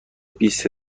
بیست